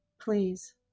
Please